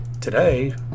Today